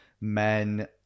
men